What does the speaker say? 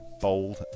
bold